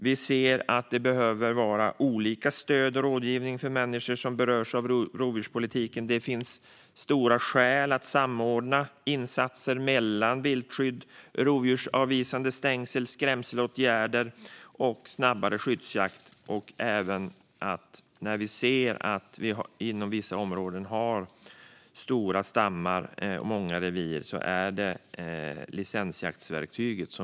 Det behövs olika stöd och rådgivning för de människor som berörs av rovdjurspolitiken. Det finns skäl att samordna insatser som viltskydd, rovdjursavvisande stängsel, skrämselåtgärder och snabbare skyddsjakt. Vi menar att i områden med stora stammar och många revir är licensjakt säkrast.